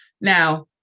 now